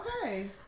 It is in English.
Okay